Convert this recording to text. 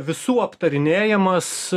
visų aptarinėjamas